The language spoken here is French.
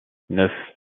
neuf